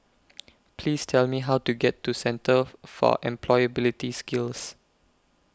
Please Tell Me How to get to Centre For Employability Skills